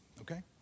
okay